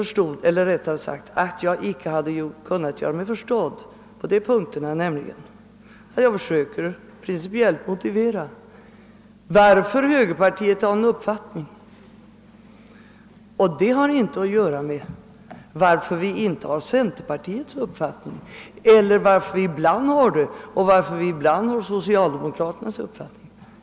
Ännu mer beklagar jag att jag inte kunde göra mig förstådd då jag försökte att principiellt motivera varför vi i högerpartiet på vissa punkter har den uppfattning vi har. Den saken har ingenting att göra med varför vi inte har samma uppfattning som centerpartiet, eller varför vi ibland har det och ibland delar socialdemokraternas åsikt.